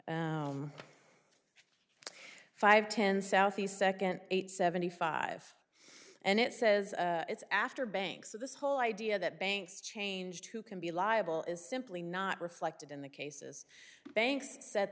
five ten se second eight seventy five and it says it's after banks so this whole idea that banks change who can be liable is simply not reflected in the cases banks set